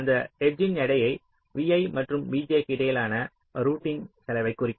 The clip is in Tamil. அந்த எட்ஜ் இன் எடை vi மற்றும் vj க்கு இடையிலான ரூட்டிங் செலவைக் குறிக்கும்